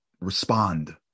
respond